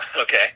Okay